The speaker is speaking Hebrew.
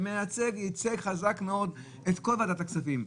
שייצג חזק מאוד את כל ועדת הכספים,